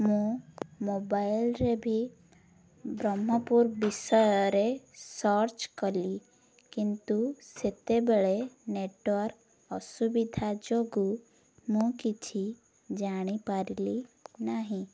ମୁଁ ମୋବାଇଲରେ ବି ବ୍ରହ୍ମପୁର ବିଷୟରେ ସର୍ଚ୍ଚ କଲି କିନ୍ତୁ ସେତେବେଳେ ନେଟୱାର୍କ ଅସୁବିଧା ଯୋଗୁଁ ମୁଁ କିଛି ଜାଣିପାରିଲିନାହିଁ